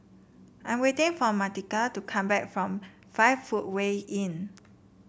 I am waiting for Martika to come back from Five Footway Inn